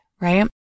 right